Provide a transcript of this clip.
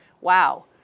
Wow